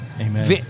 Amen